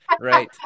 Right